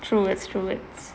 true words true words